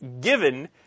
given